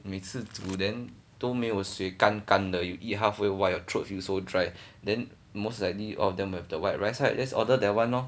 每次煮 then 都没有水干干的 you eat halfway !wah! your throat feels so dry then most likely all of them will have the white rice right just order that one lor